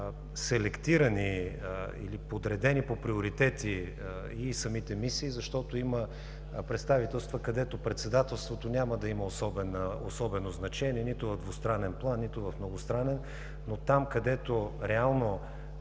селектирани или подредени по приоритети и самите мисии, защото има представителства, където председателството няма да има особено значение нито в двустранен план, нито в многостранен, но там, където реално